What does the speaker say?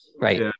right